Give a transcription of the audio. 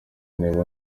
niba